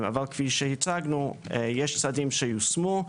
אבל כפי שהצגנו, יש צעדים שיושמו,